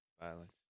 violence